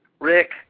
Rick